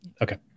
Okay